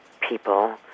people